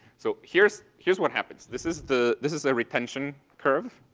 so here's here's what happens. this is the this is a retention curve.